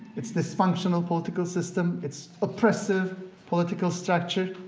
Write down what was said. its dysfunctional political system, its oppressive political structure.